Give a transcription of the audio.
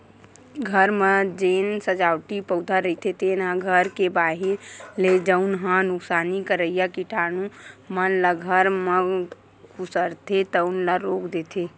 घर म जेन सजावटी पउधा रहिथे तेन ह घर के बाहिर ले जउन ह नुकसानी करइया कीटानु मन ल घर म खुसरथे तउन ल रोक देथे